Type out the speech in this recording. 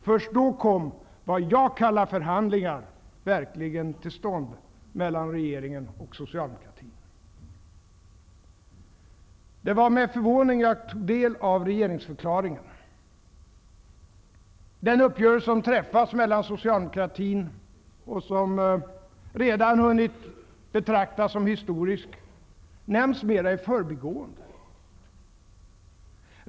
Först då kom det som jag kallar för förhandlingar verkligen till stånd mellan regeringen och socialdemokratin. Det var med förvåning jag tog del av regeringsförklaringen. Den uppgörelse som träffats med socialdemokratin, och som redan betraktas som historisk, nämns mera i förbigående.